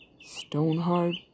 stone-hard